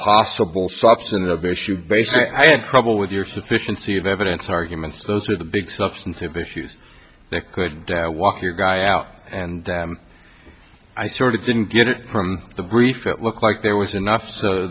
possible substantive issue basically i have trouble with your sufficiency of evidence arguments those are the big substantive issues that could walk your guy out and i sort of didn't get it from the brief it looked like there was enough so